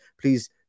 please